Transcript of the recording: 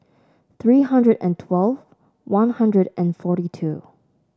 three hundred and twelve One Hundred and forty two